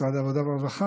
משרד העבודה והרווחה,